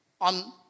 on